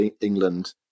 England